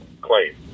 claim